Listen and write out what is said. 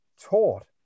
taught